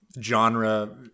genre